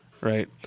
right